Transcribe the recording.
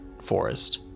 forest